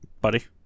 buddy